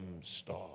star